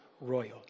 royal